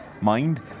mind